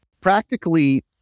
practically